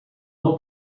não